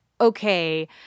okay